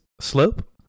Slope